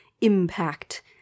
impact